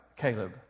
Caleb